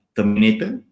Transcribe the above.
Terminator